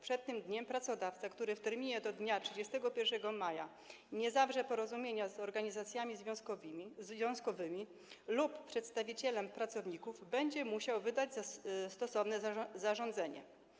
Przed tym dniem pracodawca, który w terminie do dnia 31 maja nie zawrze porozumienia z organizacjami związkowymi lub przedstawicielem pracowników, będzie musiał wydać stosowne zarządzenie.